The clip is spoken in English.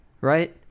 right